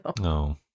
no